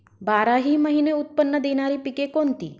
बाराही महिने उत्त्पन्न देणारी पिके कोणती?